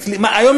היום,